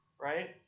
right